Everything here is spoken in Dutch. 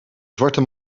zwarte